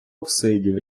оксидів